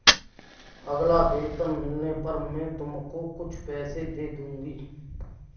अगला वेतन मिलने पर मैं तुमको कुछ पैसे दे दूँगी